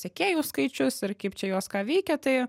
sekėjų skaičius ir kaip čia jos ką veikia tai